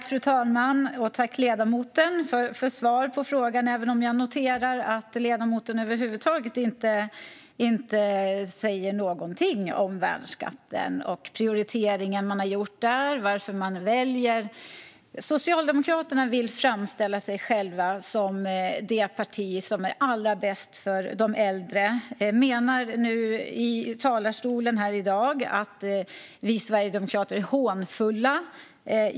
Fru talman! Jag tackar ledamoten för svaret på frågan, även om jag noterar att ledamoten över huvud taget inte sa någonting om värnskatten och den prioritering som man har gjort där. Socialdemokraterna vill framställa sig som det parti som är allra bäst för de äldre och säger från talarstolen i dag att vi sverigedemokrater är hånfulla.